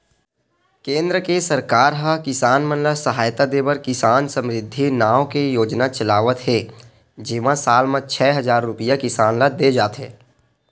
केंद्र के सरकार ह किसान मन ल सहायता देबर किसान समरिद्धि नाव के योजना चलावत हे जेमा साल म छै हजार रूपिया किसान ल दे जाथे